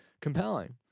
compelling